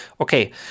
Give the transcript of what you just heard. Okay